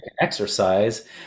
exercise